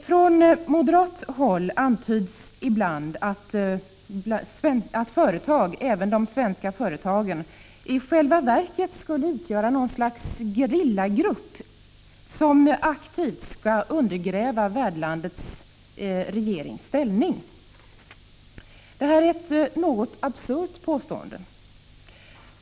Från moderat håll antyds ibland att företag, även svenska, i själva verket skulle utgöra något slags gerillagrupp som aktivt skulle undergräva värdlandets regerings ställning. Det är ett något absurt påstående.